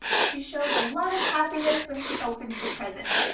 she showed a lot of happiness when she opened the present.